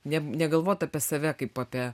ne negalvot apie save kaip apie